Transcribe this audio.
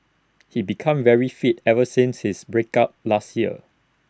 he become very fit ever since his break up last year